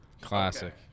Classic